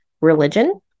religion